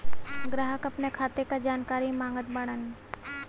ग्राहक अपने खाते का जानकारी मागत बाणन?